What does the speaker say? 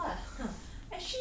um